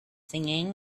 singing